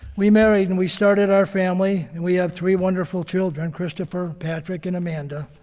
we married, and we started our family. and we have three wonderful children christopher, patrick, and amanda.